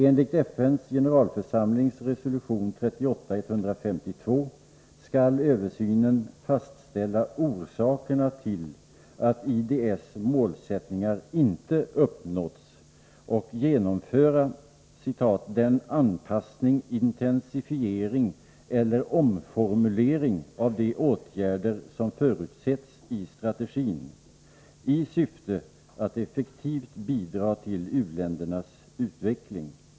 Enligt FN:s generalförsamlings resolution 38/152 skall översynen fastställa orsakerna till att IDS målsättningar inte uppnåtts och ”genomföra den anpassning, intensifiering eller omformulering av de åtgärder, som förutsetts i strategin, i syfte att effektivt bidra till u-ländernas utveckling”.